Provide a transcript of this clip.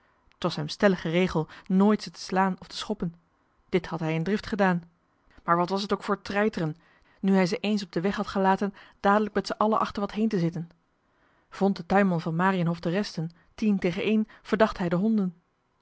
t was hem stellige regel nooit ze te slaan of te schoppen johan de meester de zonde in het deftige dorp dit had hij in drift gedaan maar wat was t ook voor treiteren nu hij ze eens op den weg had gelaten dadelijk met zijn allen achter wat heen te zitten vond de tuinman van mariënhof de resten tien tegen een verdacht hij de honden